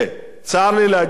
צר לי להגיד לכם,